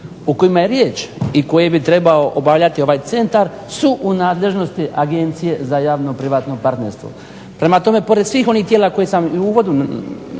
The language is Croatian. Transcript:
o kojima je riječ i koje bi trebao obavljati ovaj centar su u nadležnosti Agencije za javno privatno partnerstvo. Prema tome pored svih onih tijela koje sam u uvodu nabrojio